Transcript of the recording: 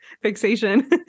fixation